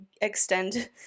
extend